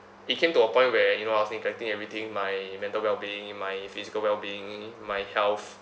it came to a point where you know I was neglecting everything my mental well-being my physical well-being my health